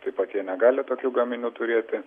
taip pat jie negali tokių gaminių turėti